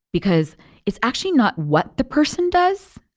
because it's actually not what the person does.